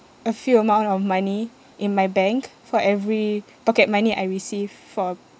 a few amount of money in my bank for every pocket money I receive for